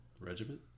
Regiment